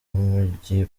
w’umujyi